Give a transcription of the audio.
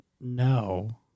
No